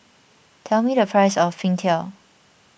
tell me the price of Png Tao